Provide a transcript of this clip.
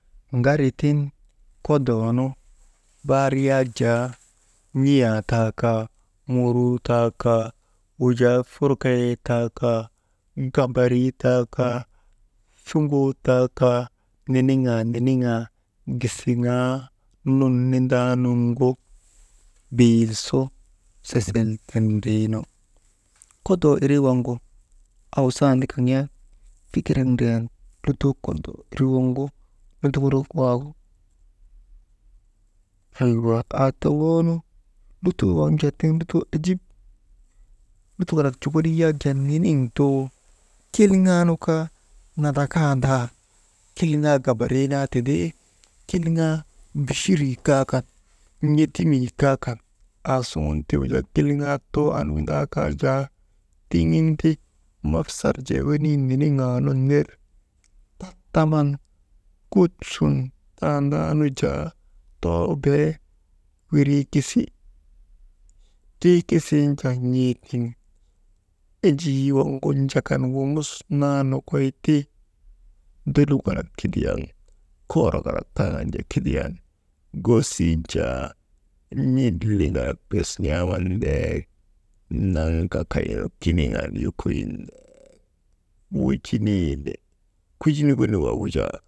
Ŋari tiŋ kodoo nu barii yak jaa n̰iyaa taa kaa, muruu taa kaa, wujaa furkayii taa kaa, gambarii taa kaa, suŋoo taa kaa niniŋaa, niniŋaa gisiŋaa nun ninbdaa nuŋu biil su sesel tindriinu, kodoo irii waŋgu awsandi kaŋ yak fikirek ndriyan lutoo kodoo irii waŋgu, nunduŋurok waagu, aawa aa turŋoonu lutoo waŋ jaa tiŋ lutoo ejip, lutok kalak jokolii yak niniŋ tuu kilŋaa nu kaa, nadrakan ndaa kilŋaa gambarii naa tindi, kilŋaa bichirii kaa kan, n̰edimii kaa kan, aasuŋun ti wujaa kilŋaa too an windaa kaa jaa, tiŋin ti mafsal jee wenii niniŋaa nun ner tattaman, kut sun tandaanu jaa, too bee wiriikisi, triikisin jaa n̰ee tiŋ, enjii waŋgu njakan wamus naa nokoy ti, dolu kalak kidiyan, koorok kalak tanju kidiyan, goosin jaa n̰iliŋalak bes n̰aaman ndek maŋka kay kiniŋan yokoyin wujinii ni kujinik wenik waagu jaa.